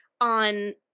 on